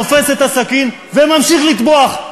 תופס את הסכין וממשיך לטבוח.